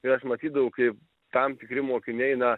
ir aš matydavau kaip tam tikri mokiniai na